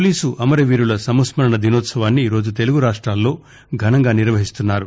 police అమర వీరుల సంస్మరణ దినోత్సవాన్ని ఈ రోజు తెలుగు రాష్టాల్లో ఘనంగా నిర్వహిస్తున్నారు